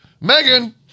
Megan